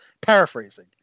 paraphrasing